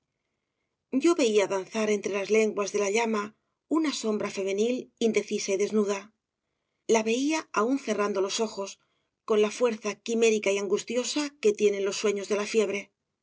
o veía danzar entre las lenguas de la llama una sombra femenil indecisa y desnuda la veía aun cerrando los ojos con la fuerza quimérica y angustiosa que tienen los sueños de la fiebre